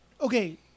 okay